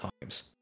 times